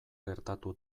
gertatu